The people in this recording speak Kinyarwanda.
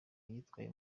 yitwaye